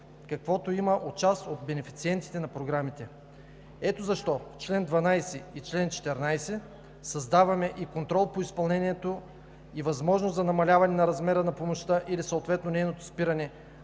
каквото има у част от бенефициентите на програмите. Ето защо в чл. 12 и чл. 14 създаваме и контрол по изпълнението и възможност за намаляване на размера на помощта или съответно нейното спиране,